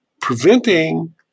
preventing